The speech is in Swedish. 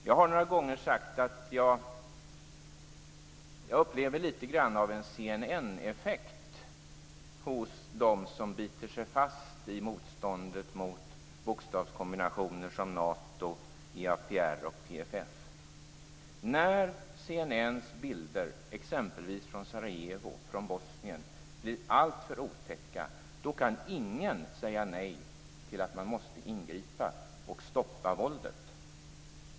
Jag har flera gånger sagt att jag upplever litet grand av en CNN-effekt hos dem som biter sig fast i motståndet mot bokstavskombinationer som Nato, EAPR och PFF. När CNN:s bilder t.ex. från Sarajevo och Bosnien blir alltför otäcka kan ingen säga nej till att ingripa och stoppa våldet.